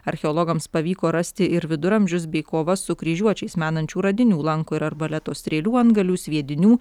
archeologams pavyko rasti ir viduramžius bei kovas su kryžiuočiais menančių radinių lanko ir arbaleto strėlių antgalių sviedinių